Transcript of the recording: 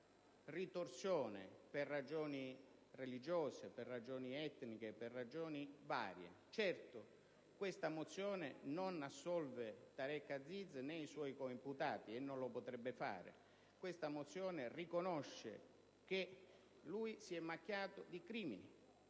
ritorsione per ragioni religiose, per ragioni etniche, per ragioni varie. Certo, questa mozione non assolve Tareq Aziz né i suoi coimputati e non lo potrebbe fare. Questa mozione evidenzia che lui si è macchiato di crimini,